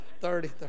thirty